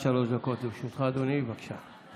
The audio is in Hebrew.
עד שלוש דקות לרשותך, אדוני, בבקשה.